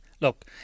look